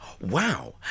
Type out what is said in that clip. Wow